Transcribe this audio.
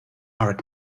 are